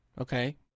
Okay